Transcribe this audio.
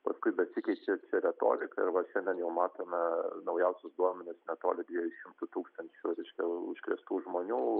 paskui besikeičiančią retoriką ir va šiandien jau matome naujausius duomenis netoli dviejų šimtų tūkstančių reiškia užkrėstų žmonių